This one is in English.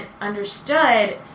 understood